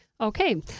Okay